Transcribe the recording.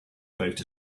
about